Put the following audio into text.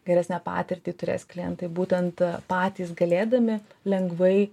geresnę patirtį turės klientai būtent patys galėdami lengvai